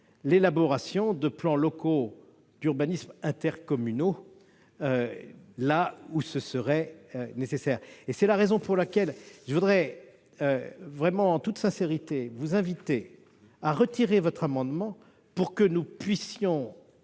l'élaboration de plans locaux d'urbanisme intercommunaux là où ils seraient nécessaires. C'est pourquoi je voudrais en toute sincérité vous inviter à retirer votre amendement pour que nous puissions